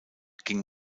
ging